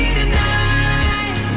tonight